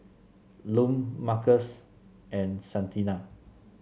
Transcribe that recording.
Lum Marcos and Santina